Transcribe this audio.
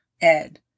Ed